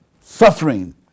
suffering